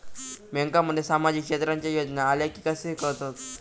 बँकांमध्ये सामाजिक क्षेत्रांच्या योजना आल्या की कसे कळतत?